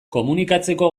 komunikatzeko